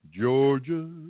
Georgia